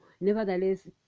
nevertheless